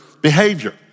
behavior